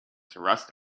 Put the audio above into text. rust